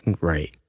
Right